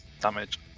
damage